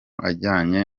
ajyanye